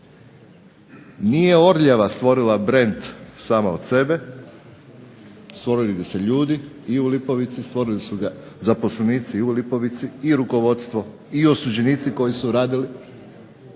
nije Orljava stvorila brand sama od sebe, stvorili su ga ljudi i u Lipovici, stvorili su ga zaposlenici u Lipovici i rukovodstvo i osuđenici koji su radili, osuđene